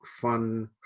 fun